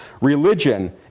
religion